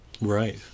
Right